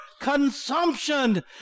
consumption